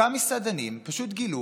אותם מסעדנים פשוט גילו